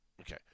Okay